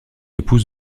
épouse